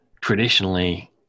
traditionally